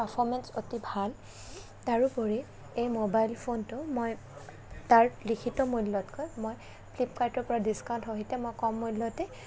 performance অতি ভাল তাৰোউপৰি এই মোবাইল ফোনটো মই তাৰ লিখিত মূল্যতকৈ মই ফ্লীপকাৰ্টৰপৰা ডিছকাউণ্টসহিতে মই কম মূল্যতে